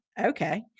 Okay